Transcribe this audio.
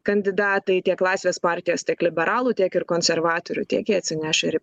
kandidatai tiek laisvės partijos tiek liberalų tiek ir konservatorių tiek jie atsineš ir į